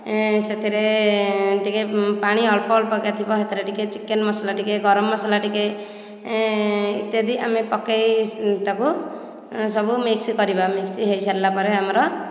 ସେଥିରେ ଟିକେ ପାଣି ଅଳ୍ପ ଅଳ୍ପ ଥିବ ସେଥିରେ ଟିକେ ଚିକେନ୍ ମସଲା ଟିକେ ଗରମ ମସଲା ଟିକେ ଇତ୍ୟାଦି ଆମେ ପକାଇ ତାକୁ ସବୁ ମିକ୍ସ କରିବା ମିକ୍ସ ହୋଇସାରିଲା ପରେ ଆମର